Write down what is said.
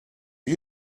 you